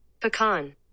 Pecan